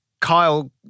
Kyle